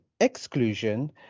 exclusion